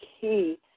key